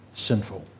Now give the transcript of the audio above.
sinful